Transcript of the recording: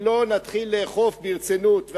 אם לא נתחיל לאכוף ברצינות,